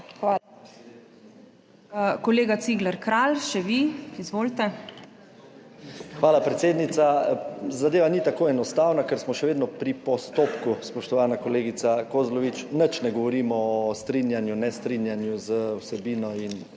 Izvolite. JANEZ CIGLER KRALJ (PS NSi): Hvala, predsednica. Zadeva ni tako enostavna, ker smo še vedno pri postopku, spoštovana kolegica Kozlovič. Nič ne govorimo o strinjanju, nestrinjanju z vsebino in